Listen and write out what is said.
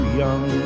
young